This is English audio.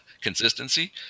consistency